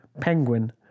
Penguin